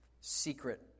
secret